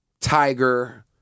Tiger